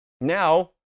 Now